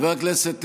חבר הכנסת טיבי,